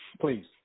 Please